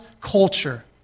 culture